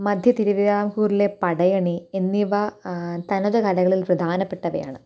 മധ്യ തിരുവിതാംകൂറിലെ പടയണി എന്നിവ തനതുകലകളില് പ്രധാനപ്പെട്ടവയാണ്